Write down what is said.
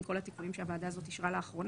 עם כל התיקונים שהוועדה הזאת אישרה לאחרונה,